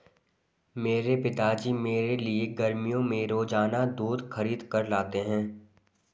मेरे पिताजी मेरे लिए गर्मियों में रोजाना दूध खरीद कर लाते हैं